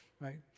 right